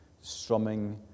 strumming